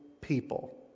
people